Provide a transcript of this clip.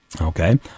okay